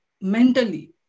mentally